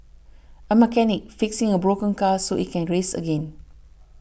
a mechanic fixing a broken car so it can race again